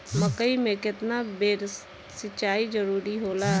मकई मे केतना बेर सीचाई जरूरी होला?